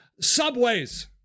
subways